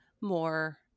more